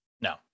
no